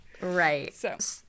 Right